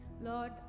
Lord